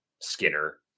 Skinner